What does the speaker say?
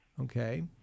Okay